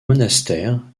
monastère